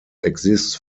exist